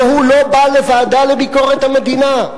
והוא לא בא לוועדה לביקורת המדינה.